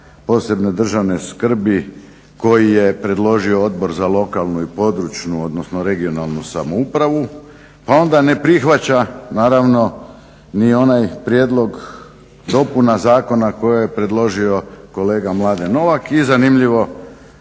posebne državne skrbi koji je predložio Odbor za lokalnu i područnu, odnosno regionalnu samoupravu pa onda ne prihvaća naravno ni onaj prijedlog dopuna zakona koje je predložio kolega Mladen Novak i zanimljivo